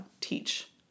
teach